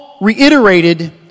reiterated